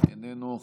איננו,